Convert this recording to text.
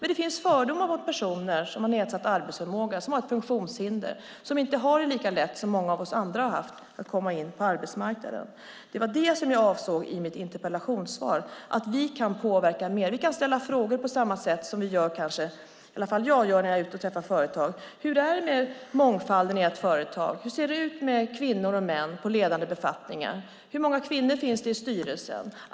Det finns fördomar mot personer som har nedsatt arbetsförmåga och som har ett funktionshinder och som inte har det lika lätt som många av oss andra att komma in på arbetsmarknaden. Det jag avsåg i mitt interpellationssvar var att vi kan påverka mer. Vi kan ställa frågor på samma sätt som i alla fall jag gör när jag är ute och träffar företag. Hur är det med mångfalden på företaget? Hur ser det ut med kvinnor och män på ledande befattningar? Hur många kvinnor finns det i styrelsen?